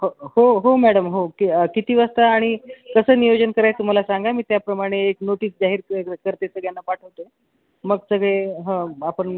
हो हो मॅडम हो कि किती वाजता आणि कसं नियोजन करायचं ते मला सांगा मी त्याप्रमाणे एक नोटीस जाहीर करते सगळ्यांना पाठवते मग सगळे हं आपण